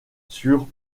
sur